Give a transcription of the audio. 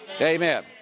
Amen